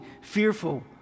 fearful